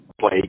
play